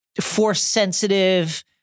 Force-sensitive